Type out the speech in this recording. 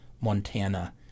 Montana